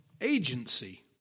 agency